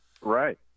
Right